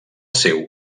seu